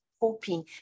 hoping